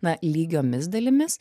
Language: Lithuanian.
na lygiomis dalimis